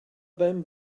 ben